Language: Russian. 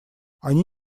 они